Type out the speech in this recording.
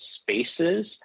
spaces